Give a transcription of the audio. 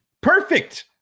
perfect